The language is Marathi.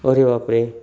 अरे बापरे